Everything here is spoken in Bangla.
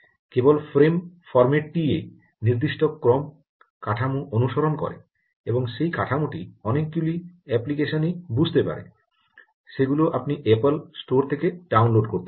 কেবল ফ্রেম ফর্ম্যাট টিয়ে নির্দিষ্ট ক্রম কাঠামো অনুসরণ করে এবং সেই কাঠামোটি অনেকগুলি অ্যাপ্লিকেশন এ বুঝতে পারে সেগুলো আপনি অ্যাপল স্টোর থেকে ডাউনলোড করতে পারেন